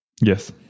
Yes